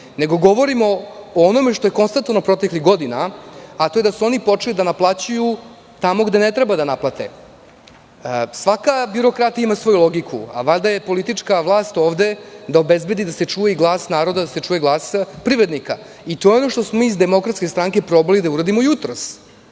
nego govorimo o onome što je konstatovano proteklih godina, a to je da su oni počeli da naplaćuju tamo gde ne treba da naplate. Svaka birokratija ima svoju logiku, valjda je politička vlast ovde da obezbedi i da se čuje i glas naroda i glas privrednika. To je ono što smo mi iz DS probali da uradimo jutros.